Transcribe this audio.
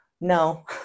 no